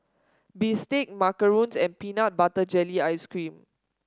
bistake macarons and Peanut Butter Jelly Ice cream